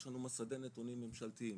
יש לנו מס"די נתונים ממשלתיים,